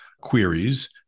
queries